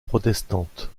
protestante